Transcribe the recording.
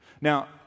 Now